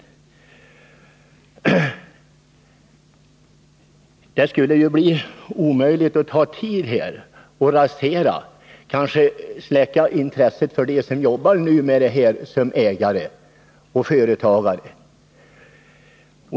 Proceduren skulle ta tid, och det skulle kanske rasera alltihop och släcka intresset hos dem som jobbar med de här frågorna som ägare och företagare.